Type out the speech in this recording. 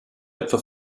etwa